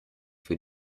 für